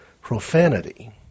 profanity